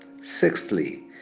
Sixthly